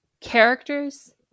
Characters